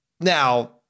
Now-